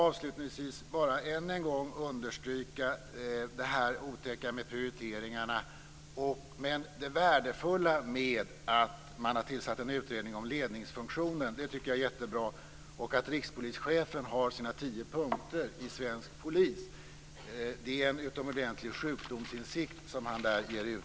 Avslutningsvis vill jag än en gång understryka det otäcka med prioriteringarna men det värdefulla i att man har tillsatt en utredning om ledningsfunktionen. Det tycker jag är jättebra, liksom att Rikspolischefen har sina tio punkter för svensk polis. Han ger i det uttryck för en utomordentlig sjukdomsinsikt.